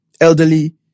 elderly